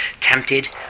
tempted